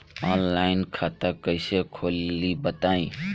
Online खाता कइसे खोली बताई?